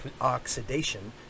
oxidation